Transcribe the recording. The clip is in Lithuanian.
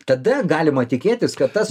tada galima tikėtis kad tas